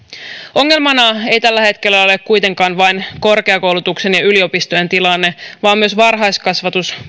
ongelmana ei tällä hetkellä ole kuitenkaan vain korkeakoulutuksen ja yliopistojen tilanne vaan myös varhaiskasvatus